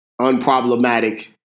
unproblematic